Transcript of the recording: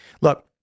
Look